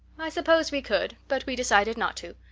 i suppose we could, but we decided not to.